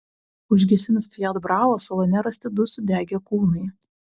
užgesinus fiat bravo salone rasti du sudegę kūnai